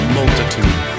multitude